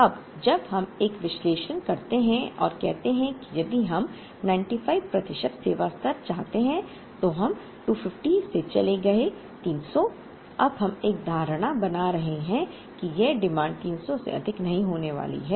अब जब हम यह विश्लेषण करते हैं और कहते हैं कि यदि हम 95 प्रतिशत सेवा स्तर चाहते हैं तो हम 250 से चले गए 300 अब हम एक धारणा बना रहे हैं कि यह मांग 300 से अधिक नहीं होने वाली है